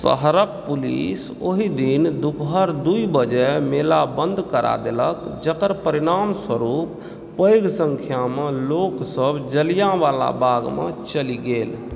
शहरके पुलिस ओहिदिन दुपहर दुइ बजे मेला बन्द करा देलक जकर परिणामस्वरूप पैघ संख्यामे लोकसब जलियाँवला बागमे चलि गेल